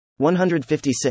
156